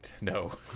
No